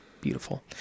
beautiful